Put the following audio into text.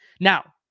Now